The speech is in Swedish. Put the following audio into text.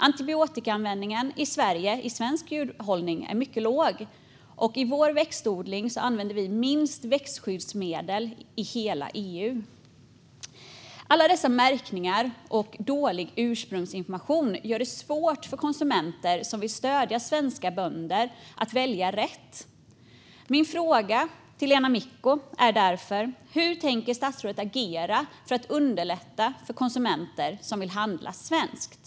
Antibiotikaanvändningen i svensk djurhållning är mycket låg, och i vår växtodling använder vi minst växtskyddsmedel i hela EU. Alla dessa märkningar och dålig ursprungsinformation gör det svårt för konsumenter som vill stödja svenska bönder att välja rätt. Hur tänker statsrådet Lena Micko agera för att underlätta för konsumenter som vill handla svenskt?